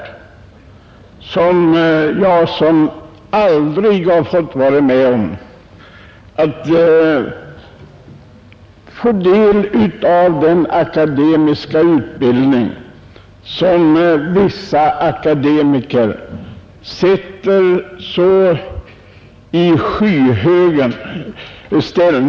Jag har själv aldrig fått del av den akademiska utbildning som vissa akademiker sätter så skyhögt.